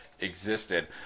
existed